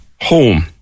home